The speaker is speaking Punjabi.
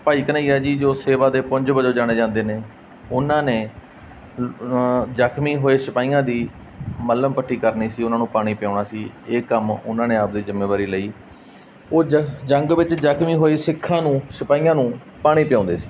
ਭਾਈ ਘਨੱਈਆ ਜੀ ਜੋ ਸੇਵਾ ਦੇ ਪੁੰਜ ਵਜੋਂ ਜਾਣੇ ਜਾਂਦੇ ਨੇ ਉਹਨਾਂ ਨੇ ਜਖਮੀ ਹੋਏ ਸਿਪਾਹੀਆਂ ਦੀ ਮਲ੍ਹਮ ਪੱਟੀ ਕਰਨੀ ਸੀ ਉਹਨਾਂ ਨੂੰ ਪਾਣੀ ਪਿਆਉਣਾ ਸੀ ਇਹ ਕੰਮ ਉਹਨਾਂ ਨੇ ਆਪ ਦੇ ਜ਼ਿੰਮੇਵਾਰੀ ਲਈ ਉਹ ਜ ਜੰਗ ਵਿੱਚ ਜਖਮੀ ਹੋਏ ਸਿੱਖਾਂ ਨੂੰ ਸਿਪਾਹੀਆਂ ਨੂੰ ਪਾਣੀ ਪਿਆਉਂਦੇ ਸੀ